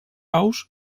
aus